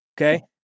Okay